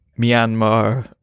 Myanmar